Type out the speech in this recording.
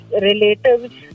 relatives